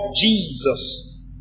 Jesus